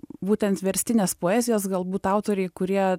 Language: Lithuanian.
būtent verstinės poezijos galbūt autoriai kurie